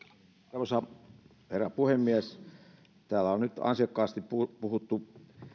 arvoisa herra puhemies täällä on nyt ansiokkaasti puhuttu puhuttu